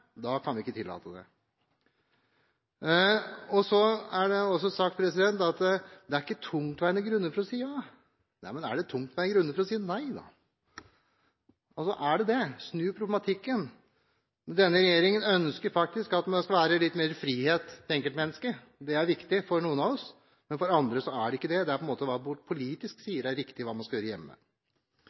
kan man ikke tillate det. Det er også blitt sagt at det ikke er tungtveiende grunner for å si ja. Nei vel, men er det da tungtveiende grunner for å si nei? Er det det? Snu problematikken: Denne regjeringen ønsker faktisk at det skal være litt mer frihet for enkeltmennesket. Det er viktig for noen av oss. Men for andre er det ikke det; for dem handler det om hva man politisk sier er riktig at man skal gjøre hjemme.